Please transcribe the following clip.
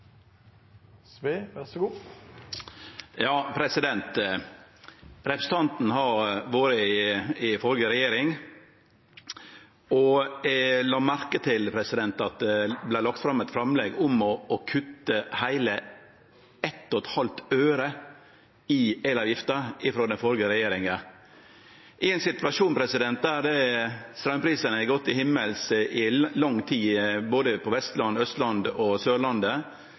Representanten var med i den førre regjeringa, og eg la merke til at det kom eit framlegg frå den om å kutte heile 1,5 øre i elavgifta, i ein situasjon der straumprisane i lang tid hadde gått til himmels, både på Vestlandet, på Austlandet og på Sørlandet.